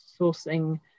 sourcing